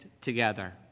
together